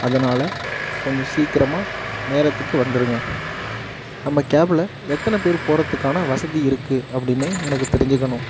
அதனால் கொஞ்சம் சீக்கிரமாக நேரத்துக்கு வந்துடுங்க நம்ம கேப்பில் எத்தனை பேர் போகிறத்துக்கான வசதி இருக்குது அப்படினு எனக்கு தெரிஞ்சுக்கனும்